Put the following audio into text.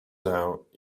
out